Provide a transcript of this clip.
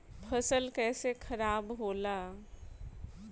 फसल कैसे खाराब होला?